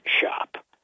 shop